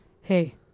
Hey